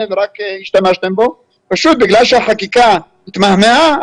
ורק השתמשתם בו אלא פשוט בגלל שהחקיקה התמהמהה,